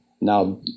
Now